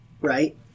right